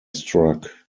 struck